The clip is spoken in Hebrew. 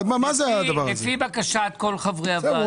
לפי בקשת כל חברי הוועדה --- בסדר,